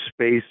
space